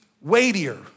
weightier